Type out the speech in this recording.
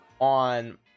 on